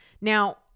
Now